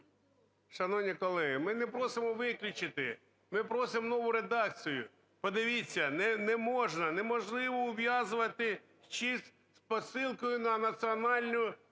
Шановні колеги, ми не просимо виключити, ми просимо нову редакцію. Подивіться, не можна, неможливо ув'язувати... з посилкою на національну